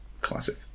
Classic